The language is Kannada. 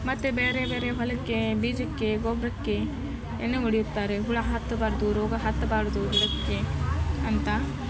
ಮತ್ತು ಬೇರೆ ಬೇರೆ ಹೊಲಕ್ಕೆ ಬೀಜಕ್ಕೆ ಗೊಬ್ಬರಕ್ಕೆ ಎಣ್ಣೆ ಹೊಡೆಯುತ್ತಾರೆ ಹುಳ ಹತ್ತಬಾರದು ರೋಗ ಹತ್ತಬಾರದು ಗಿಡಕ್ಕೆ ಅಂತ